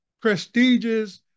prestigious